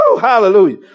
Hallelujah